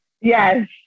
Yes